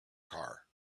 car